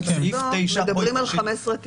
אבל בסוף מדברים על 15 תיקים,